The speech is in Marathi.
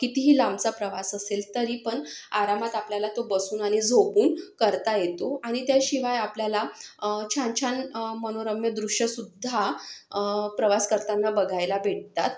कितीही लांबचा प्रवास असेल तरी पण आरामात आपल्याला तो बसून आणि झोपून करता येतो आणि त्याशिवाय आपल्याला छान छान मनोरम दृष्यसुद्धा प्रवास करताना बघायला भेटतात